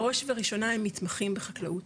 בראש ובראשונה הם מתמחים בחקלאות,